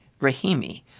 Rahimi